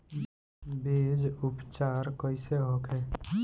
बीज उपचार कइसे होखे?